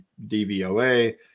DVOA